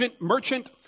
merchant